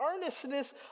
earnestness